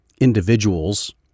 individuals